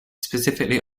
specially